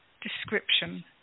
description